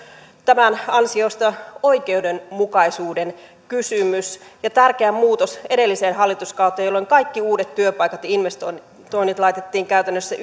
tämän ansiosta oikeudenmukaisuuden kysymys ja tärkeä muutos edelliseen hallituskauteen jolloin kaikki uudet työpaikat ja investoinnit laitettiin käytännössä